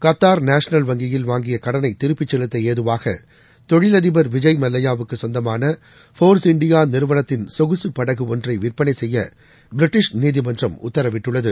Qatar national வங்கியில் வாங்கியகடனைதிருப்பிச் செலுத்தஏதுவாகதொழிலதிபர் விஜய் மல்லைய்யாவுக்குசொந்தமான ஃபோர்ஸ் இண்டியாநிறுவனத்தின் சொகுசுப் படகுஒன்றைவிற்பனைசெய்யபிரிட்டிஷ் நீதிமன்றம் உத்தரவிட்டுள்ளது